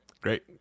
great